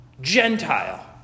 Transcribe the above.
Gentile